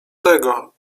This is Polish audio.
tego